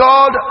God